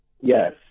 Yes